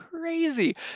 crazy